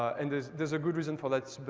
and there's there's a good reason for that,